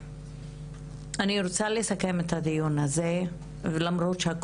אני לא אנסה אפילו לתאר לעצמי - ליבנו